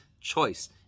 choice